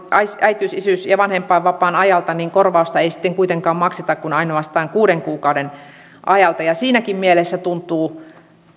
äitiys isyys ja vanhempainvapaan ajalta niin korvausta ei sitten kuitenkaan makseta kuin ainoastaan kuuden kuukauden ajalta siinäkin mielessä tuntuu